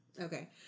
Okay